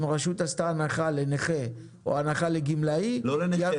רשות עשתה הנחה לנכה או הנחה לגמלאי --- לא לנכה.